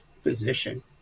physician